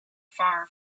far